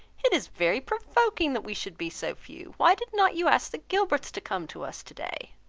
it is very provoking that we should be so few. why did not you ask the gilberts to come to us today?